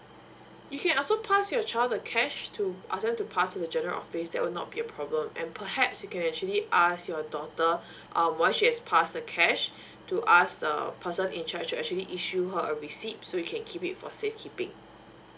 you can also pass your child the cash to ask them to pass to the general office that will not be a problem and perhaps you can actually ask your daughter uh once she has pass the cash to us the person in charge to actually issue her a receipt so you can keep it for safe keeping